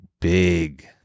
big